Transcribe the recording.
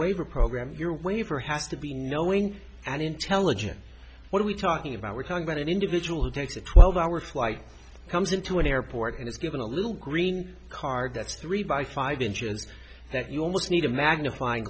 waiver program your waiver has to be knowing and intelligence what are we talking about we're talking about an individual who takes a twelve hour flight comes into an airport and is given a little green card that's three by five inches that you almost need a magnifying